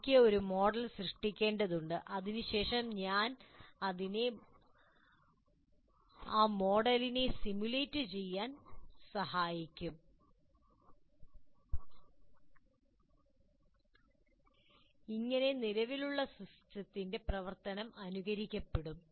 എനിക്ക് ഒരു മോഡൽ സൃഷ്ടിക്കേണ്ടതുണ്ട് അതിനുശേഷം ഞാൻ അതിൻ്റെ മോഡലിനെ സിമുലേറ്റ് ചെയ്യാൻ സഹായിക്കും അങ്ങനെ നിലവിലുള്ള സിസ്റ്റത്തിന്റെ പ്രവർത്തനം അനുകരിക്കപ്പെടും